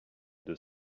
deux